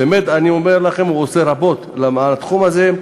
באמת אני אומר לכם, הוא עושה רבות בתחום הזה.